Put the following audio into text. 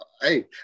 hey